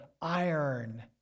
iron